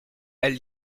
elle